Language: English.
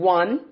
one